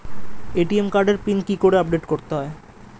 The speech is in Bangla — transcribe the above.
এ.টি.এম কার্ডের পিন কি করে আপডেট করতে হয়?